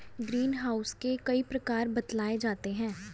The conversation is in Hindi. ग्रीन हाउस के कई प्रकार बतलाए जाते हैं